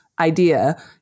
idea